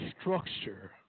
structure